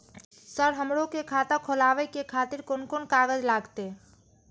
Sir हमरो के खाता खोलावे के खातिर कोन कोन कागज लागते?